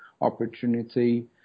opportunity